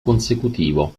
consecutivo